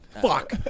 Fuck